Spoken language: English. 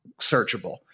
searchable